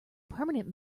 permanent